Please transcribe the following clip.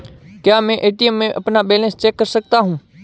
क्या मैं ए.टी.एम में अपना बैलेंस चेक कर सकता हूँ?